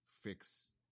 fix